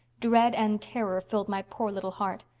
dread and terror filled my poor little heart.